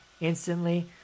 instantly